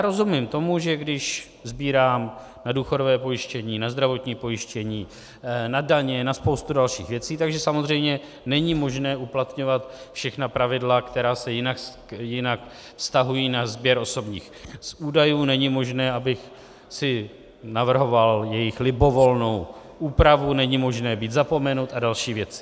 Rozumím tomu, že když sbírám na důchodové pojištění, na zdravotní pojištění, na daně, na spoustu dalších věcí, tak že samozřejmě není možné uplatňovat všechna pravidla, která se jinak vztahují na sběr osobních údajů, není možné, abych si navrhoval jejich libovolnou úpravu, není možné být zapomenut a další věci.